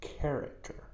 character